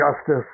justice